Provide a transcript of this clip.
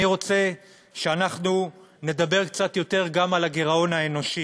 אני רוצה שנדבר קצת יותר גם על הגירעון האנושי,